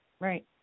Right